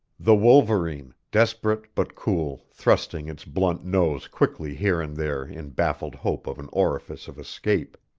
the wolverine, desperate but cool, thrusting its blunt nose quickly here and there in baffled hope of an orifice of escape.